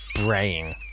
brain